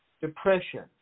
depression